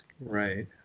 Right